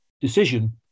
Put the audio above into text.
decision